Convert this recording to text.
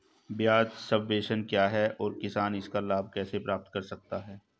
ब्याज सबवेंशन क्या है और किसान इसका लाभ कैसे प्राप्त कर सकता है?